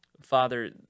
Father